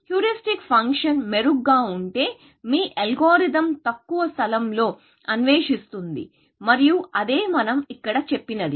heuristic function మెరుగ్గా ఉంటే మీ అల్గోరిథం తక్కువ స్థలం అన్వేషిస్తుంది మరియు అదే మనం ఇక్కడ చెప్పినది